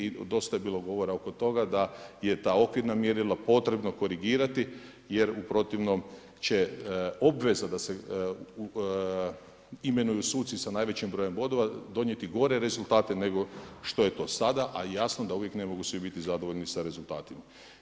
I dosta je bilo govora oko toga da je to okvirno mjerilo potrebno korigirati jer u protivnom će obveza da se imenuju suci sa najvećim brojem bodova donijeti gore rezultate nego što je to sada a jasno da ne uvijek ne mogu svi biti zadovoljni sa rezultatima.